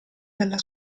dalla